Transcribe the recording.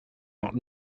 out